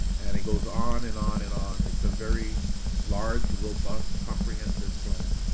and it goes on and on and on. it's a very large, robust, comprehensive plan.